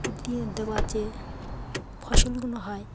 দিয়ে দেওয়া যে ফসলগুলো হয়